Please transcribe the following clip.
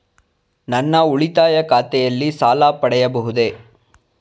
ನನ್ನ ಉಳಿತಾಯ ಖಾತೆಯಲ್ಲಿ ಸಾಲ ಪಡೆಯಬಹುದೇ?